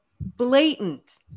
blatant